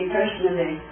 personally